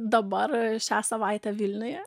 dabar šią savaitę vilniuje